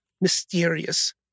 mysterious